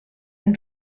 and